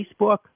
Facebook